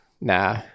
nah